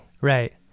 right